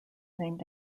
named